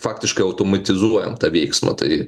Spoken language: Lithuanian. faktiškai automatizuojam tą veiksmą tai